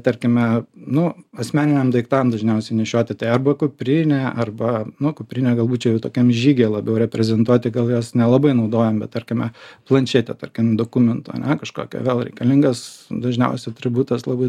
tarkime nu asmeniniam daiktam dažniausiai nešioti tai arba kuprinė arba nu kuprinė galbūt čia jau tokiam žygyje labiau reprezentuoti gal jos nelabai naudojam bet tarkime planšetė tarkim dokumentų ane kažkokia vėl reikalingas dažniausiai atributas labai